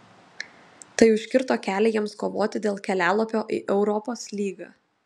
tai užkirto kelią jiems kovoti dėl kelialapio į europos lygą